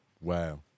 Wow